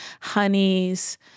honeys